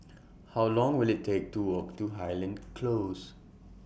How Long Will IT Take to Walk to Highland Close